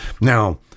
Now